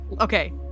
Okay